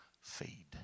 feed